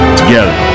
together